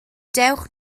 dewch